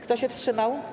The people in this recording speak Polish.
Kto się wstrzymał?